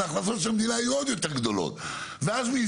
גם על ידי